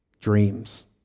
Dreams